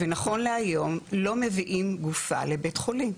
ונכון להיום לא מביאים גופה לבית חולים.